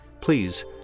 please